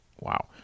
wow